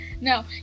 No